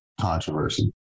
controversy